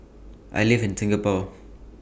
I live in Singapore